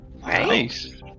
Nice